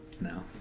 No